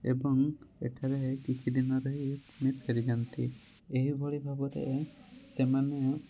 ଏବଂ ଏଠାରେ କିଛି ଦିନ ରହି ପୁଣି ଫେରିଯାଆନ୍ତି ଏହି ଭଳି ଭାବରେ ସେମାନେ